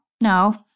no